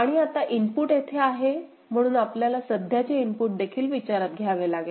आणि आता इनपुट येथे आहे म्हणून आपल्याला सध्याचे इनपुट देखील विचारात घ्यावे लागेल